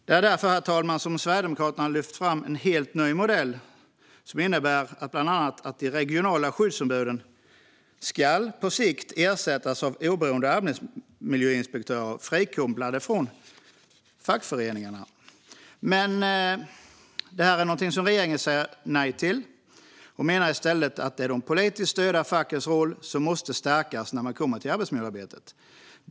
Det är därför Sverigedemokraterna har lyft fram en helt ny modell som bland annat innebär att de regionala skyddsombuden på sikt ska ersättas av oberoende arbetsmiljöinspektörer frikopplade från fackföreningarna. Regeringen säger dock nej till detta och menar i stället att det är de politiskt styrda fackens roll som måste stärkas i arbetsmiljöarbetet.